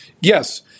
Yes